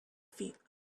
feet